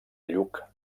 lluc